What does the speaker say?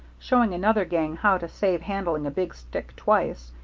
showing another gang how to save handling a big stick twice,